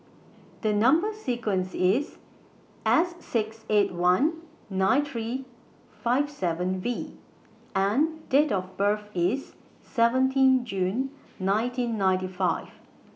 The Number sequence IS S six eight one nine three five seven V and Date of birth IS seventeen June nineteen ninety five